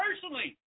personally